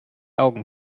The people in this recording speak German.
augen